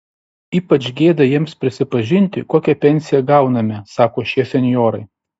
ypač gėda jiems prisipažinti kokią pensiją gauname sako šie senjorai